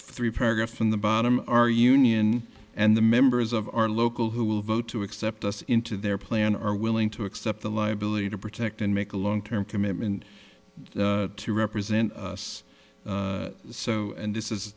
three paragraphs from the bottom our union and the members of our local who will vote to accept us into their plan are willing to accept the liability to protect and make a long term commitment to represent us so and